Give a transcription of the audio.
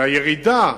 והירידה